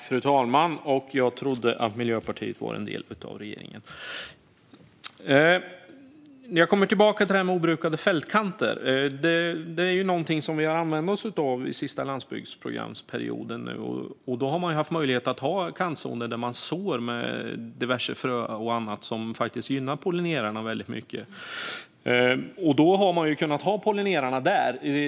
Fru talman! Jag trodde att Miljöpartiet var en del av regeringen. Jag kommer tillbaka till det här med obrukade fältkanter. Det är något som vi har använt oss av den senaste landsbygdsprogramsperioden. Man har haft möjlighet att ha kantzoner och så med diverse fröer och annat som gynnar pollinerarna mycket. Då har man kunnat ha pollinerarna där.